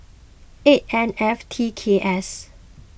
eight N F T K S